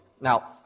Now